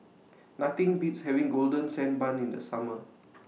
Nothing Beats having Golden Sand Bun in The Summer